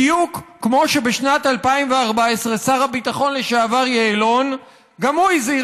בדיוק כמו שבשנת 2014 שר הביטחון לשעבר יעלון הזהיר